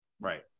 Right